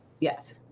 yes